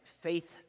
Faith